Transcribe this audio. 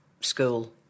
school